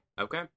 Okay